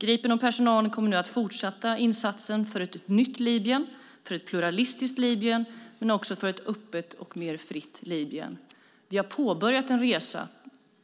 Gripen och personalen kommer nu att fortsätta insatsen för ett nytt Libyen, för ett pluralistiskt Libyen, men också för ett öppet och mer fritt Libyen. Vi har påbörjat en resa